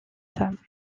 femmes